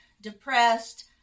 depressed